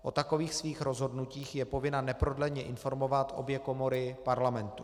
O takových svých rozhodnutích je povinna neprodleně informovat obě komory Parlamentu.